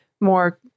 more